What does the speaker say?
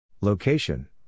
Location